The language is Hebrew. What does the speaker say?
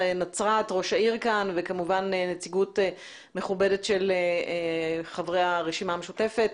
ראש העיר כאן וכמובן נציגות מכובדת של חברי הרשימה המשותפת.